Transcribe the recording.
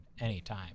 anytime